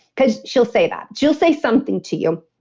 because she'll say that she'll say something to you.